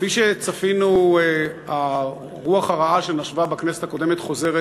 כפי שצפינו, הרוח הרעה שנשבה בכנסת הקודמת חוזרת